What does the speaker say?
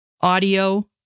audio